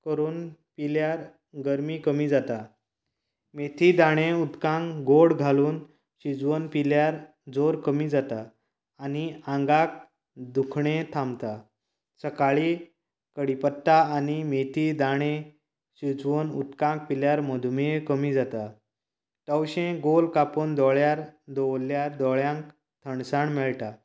करून पिल्यार गरमी कमी जाता मेथी दांडे उदकांत गोड घालून शिजोवन पिल्यार जोर कमी जाता आनी आंगांक दुखणें थांबता सकाळीं कडी पत्ता आनी मेथी दांडे शिजोवन उदकांत पिल्यार मधूमेह कमी जाता तवशें गोल कापून दोळ्यार दवरल्यार दोळ्यांक थंडसाण मेळटा